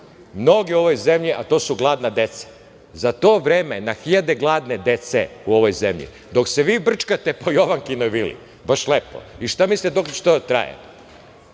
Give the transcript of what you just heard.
mnoge u ovoj zemlji, a to su gladna deca, na hiljade gladne dece u ovoj zemlji, dok se vi brčkate po Jovankinoj vili. Baš lepo. I šta mislite dokle će to da traje? Mi